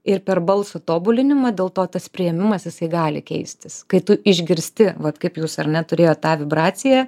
ir per balso tobulinimą dėl to tas priėmimas jisai gali keistis kai tu išgirsti vat kaip jūs ar neturėjo tą vibraciją